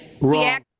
Wrong